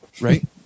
right